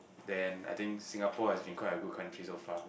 then I think Singapore has been quite a good country so far